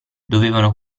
dovevano